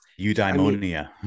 eudaimonia